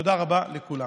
תודה רבה לכולם